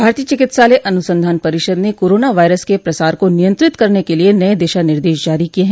भारतीय चिकित्सालय अनुसंधान परिषद ने कोरोना वायरस के प्रसार को नियंत्रित करने के लिए नए दिशा निर्देश जारी किए हैं